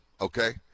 okay